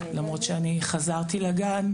למרות שאני חזרתי לגן.